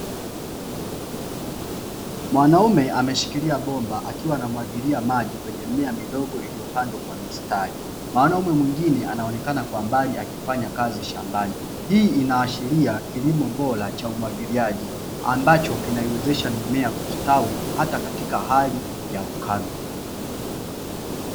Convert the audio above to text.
Mwanaume ameshikilia bomba, akiwa anamwagilia maji kwenye mimea midogo iliyopandwa kwa mistari, mwanaume mwingine anaonekana kwa mbali akifanya kazi shambani. Hii inaashiria kilimo bora cha umwagiliaji ambacho kinaiwezesha mimea kustawi hata katika hali ya ukame.